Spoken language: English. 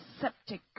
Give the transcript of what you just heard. septic